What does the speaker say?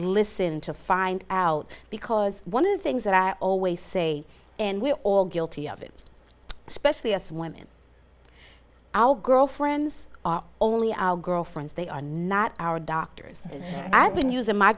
listen to find out because one of the things that i always say and we're all guilty of it especially as women our girlfriends are only our girlfriends they are not our doctors and when using my